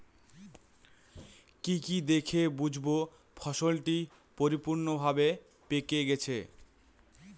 কি কি দেখে বুঝব ফসলটি পরিপূর্ণভাবে পেকে গেছে?